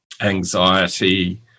anxiety